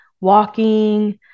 walking